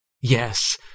Yes